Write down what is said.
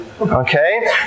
Okay